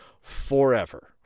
forever